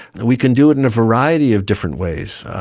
and we can do it in a variety of different ways.